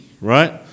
right